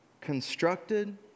constructed